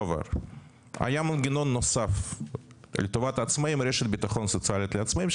היה מנגנון נוסף לטובת העצמאים; רשת ביטחון סוציאלית לעצמאים,